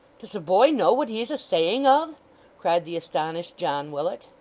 does the boy know what he's a saying of cried the astonished john willet.